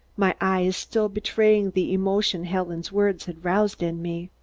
my eyes still betraying the emotion helen's words had roused in me.